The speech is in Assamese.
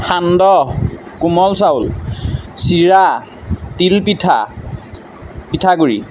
সান্দহ কোমল চাউল চিৰা তিল পিঠা পিঠাগুড়ি